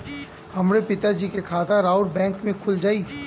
हमरे पिता जी के खाता राउर बैंक में खुल जाई?